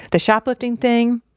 the shoplifting thing,